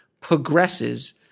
progresses –